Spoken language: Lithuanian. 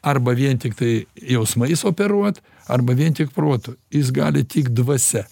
arba vien tiktai jausmais operuot arba vien tik protu jis gali tik dvasia